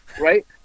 Right